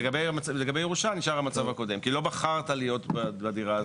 לגבי ירושה נשאר המצב הקודם כי לא בחרת להיות בדירה הזאת.